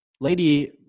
Lady